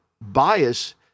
bias